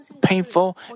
painful